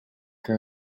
que